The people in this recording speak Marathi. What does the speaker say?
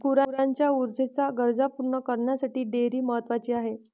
गुरांच्या ऊर्जेच्या गरजा पूर्ण करण्यासाठी डेअरी महत्वाची आहे